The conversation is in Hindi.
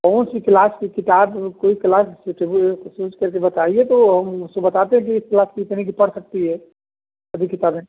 कौन सी क्लास की किताब कोई क्लास सुटेबुल उसको सोच कर के बताइए तो हम उसको बताते हैं कि इस क्लास की इतने की पड़ सकती है सभी किताबें